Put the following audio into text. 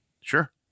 Sure